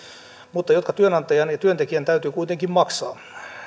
mutta jotka työnantajan ja työntekijän täytyy kuitenkin maksaa